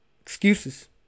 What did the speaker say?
excuses